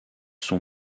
sont